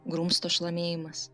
grumsto šlamėjimas